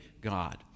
god